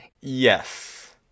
yes